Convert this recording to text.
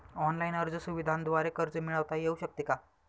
Online अर्ज सुविधांद्वारे कर्ज मिळविता येऊ शकते का?